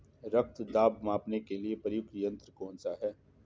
रक्त दाब मापने के लिए प्रयुक्त यंत्र कौन सा है?